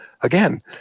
Again